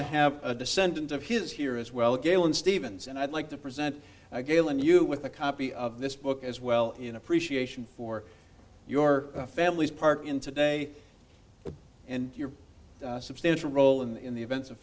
to have a descendant of his here as well galen stevens and i'd like to present galen you with a copy of this book as well in appreciation for your family's part in today and your substantial role in the events of